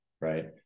right